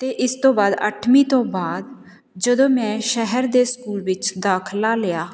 ਅਤੇ ਇਸ ਤੋਂ ਬਾਅਦ ਅੱਠਵੀਂ ਤੋਂ ਬਾਅਦ ਜਦੋਂ ਮੈਂ ਸ਼ਹਿਰ ਦੇ ਸਕੂਲ ਵਿੱਚ ਦਾਖਲਾ ਲਿਆ